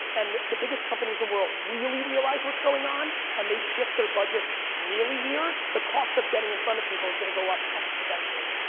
and the biggest companies in the world really realize what's going on, and they shift their budgets really here, the cost of getting in front of people is going to go up exponentially.